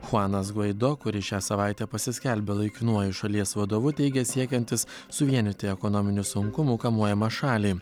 chuanas gvaido kuris šią savaitę pasiskelbė laikinuoju šalies vadovu teigė siekiantis suvienyti ekonominių sunkumų kamuojamą šalį